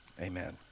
amen